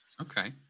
Okay